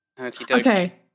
Okay